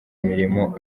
imirimo